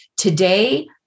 Today